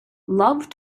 love